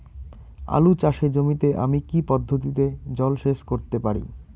আলু চাষে জমিতে আমি কী পদ্ধতিতে জলসেচ করতে পারি?